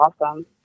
awesome